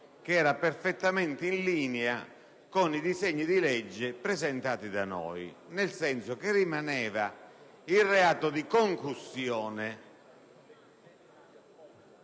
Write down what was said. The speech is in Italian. che era perfettamente in linea con i disegni di legge presentati da noi, nel senso che rimaneva il reato di concussione.